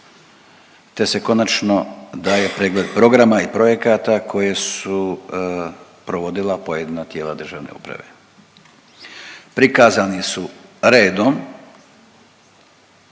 te se konačno daje pregled programa i projekata koje su provodila pojedina tijela državne uprave. Prikazani su redom